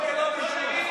לא תגני על שר המשפטים?